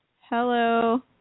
hello